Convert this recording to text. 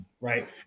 Right